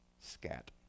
Scat